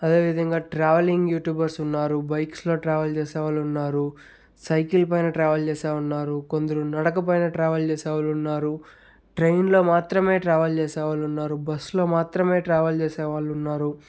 అదేవిధంగా travelling YouTubers ఉన్నారు బైక్స్లో ట్రావెల్ చేసే వాళ్ళు ఉన్నారు సైకిల్ పైన ట్రావెల్ చేసే ఉన్నారు కొందరు నడకపైన ట్రావెల్ చేసే వాళ్ళు ఉన్నారు ట్రైన్లో మాత్రమే ట్రావెల్ చేసే వాళ్ళు ఉన్నారు బస్లో మాత్రమే ట్రావెల్ చేసే వాళ్ళు ఉన్నారు